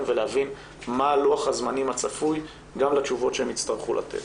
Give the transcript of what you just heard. ולהבין מה לוח הזמנים הצפוי גם לתשובות שהם יצטרכו לתת.